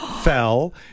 fell